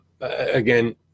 again